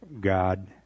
God